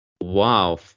Wow